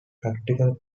practical